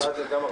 שעה זה גם הרבה.